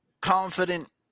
confident